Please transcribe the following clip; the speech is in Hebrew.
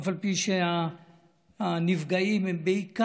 אף על פי שהנפגעים הם בעיקר